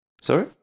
Sorry